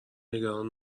نگران